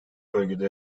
bölgede